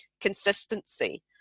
consistency